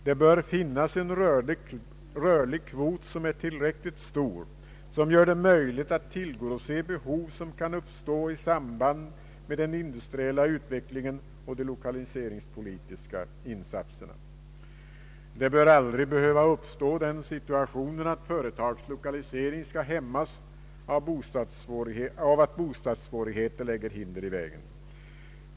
Det bör finnas en tillräckligt stor rörlig kvot, som gör det möjligt att tillgodose behov vilka kan uppstå i samband med den industriella utvecklingen och de lokaliseringspolitiska insatserna. Den situationen bör aldrig behöva uppstå att företagslokalisering skall hämmas av att bostadssvårigheter lägger hinder i vägen.